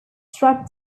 track